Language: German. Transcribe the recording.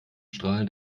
strahlend